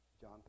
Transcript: John